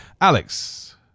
alex